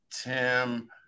tim